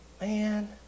Man